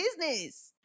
business